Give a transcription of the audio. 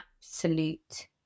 absolute